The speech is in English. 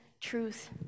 truth